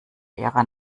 ihrer